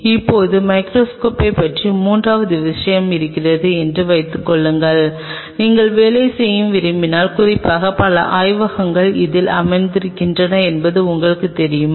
இப்போது மைகிரோஸ்கோப்பை பற்றி மூன்றாவது விஷயம் இருக்கிறது என்று வைத்துக்கொள்வோம் நீங்கள் வேலை செய்ய விரும்பினால் குறிப்பாக பல ஆய்வகங்கள் அதில் அமர்ந்திருக்கின்றன என்பது உங்களுக்குத் தெரியுமா